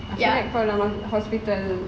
hospital